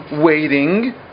waiting